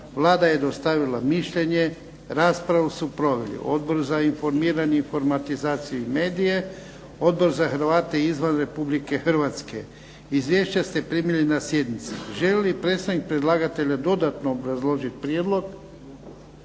Vlada je dostavila mišljenje. Raspravu su proveli Odbor za informiranje, informatizaciju i medije, Odbor za Hrvate izvan Republike Hrvatske. Izvješća ste primili na sjednici. Želi li predstavnik predlagatelja dodatno obrazložiti prijedlog?